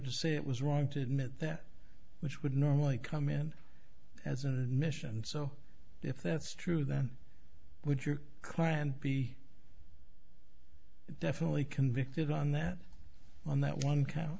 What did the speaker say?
to say it was wrong to admit that which would normally come in as an admission so if that's true then would your client be definitely convicted on that on that one co